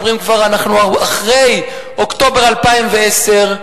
אנחנו כבר אחרי אוקטובר 2010,